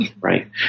right